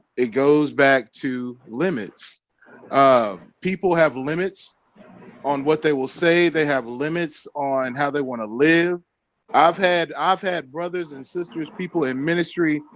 it goes back to limits um people have limits on what they will say. they have limits are and how they want to live i've had i've had brothers and sisters people in ministry,